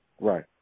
Right